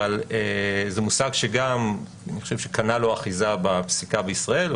אבל זה מושג שגם קנה לו אחיזה בפסיקה בישראל,